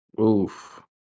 Oof